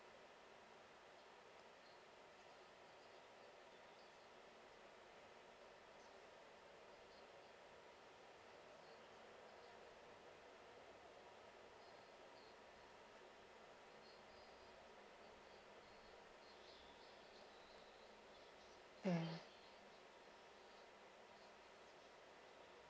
mm